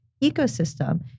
ecosystem